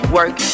Work